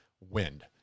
wind